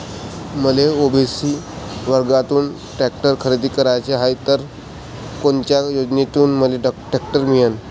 मले ओ.बी.सी वर्गातून टॅक्टर खरेदी कराचा हाये त कोनच्या योजनेतून मले टॅक्टर मिळन?